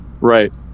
Right